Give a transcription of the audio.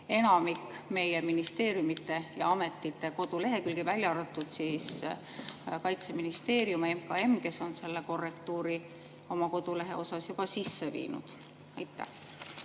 enamik meie ministeeriumide ja ametite kodulehekülgi, välja arvatud Kaitseministeerium ja MKM, kes on selle korrektuuri oma kodulehel juba sisse viinud. Mart